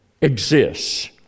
exists